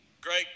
Great